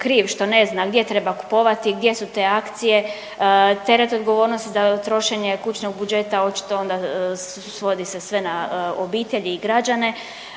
kriv što ne zna gdje treba kupovati, gdje su te akcije, teret odgovornosti za trošenje kućnog budžeta očito onda svodi se sve na obitelji i građane,